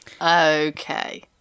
Okay